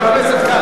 חבר הכנסת כץ,